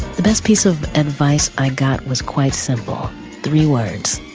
the best piece of advice i got was quite simple three words.